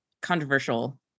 controversial